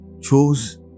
chose